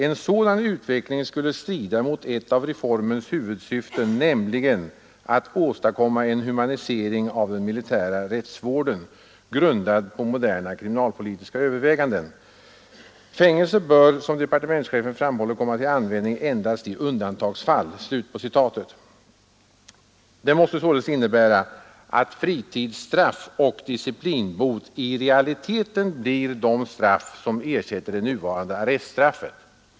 En sådan utveckling skulle strida mot ett av reformens huvudsyften, nämligen att åstadkomma en humanisering av den militära rättsvården grundad på moderna kriminalpolitiska överväganden. Fängelse bör som departementschefen framhåller komma till användning endast i undantagsfall.” Detta måste således innebära att fritidsstraff och disciplinbot i realiteten blir de straff som ersätter det nuvarande arreststraffet.